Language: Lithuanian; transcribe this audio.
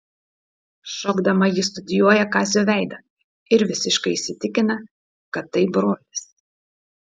šokdama ji studijuoja kazio veidą ir visiškai įsitikina kad tai brolis